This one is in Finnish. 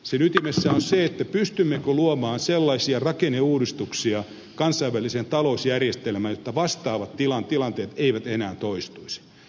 sen ytimessä on se pystymmekö luomaan sellaisia rakenneuudistuksia kansainväliseen talousjärjestelmään että vastaavat tilanteet eivät enää toistuisi